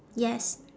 yes